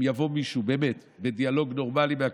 אם יבוא מישהו מהקואליציה באמת לדיאלוג נורמלי,